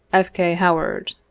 f. k. howakd.